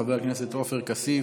חבר הכנסת עופר כסיף,